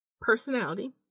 personality